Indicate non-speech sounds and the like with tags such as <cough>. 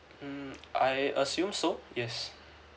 mm <noise> I assume so yes